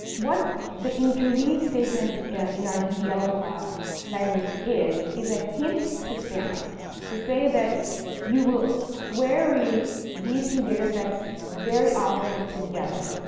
what the interleave statement in our ddl language is is a hint to spanner to say that you will query these two datasets very often together.